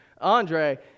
Andre